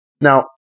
Now